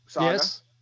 Yes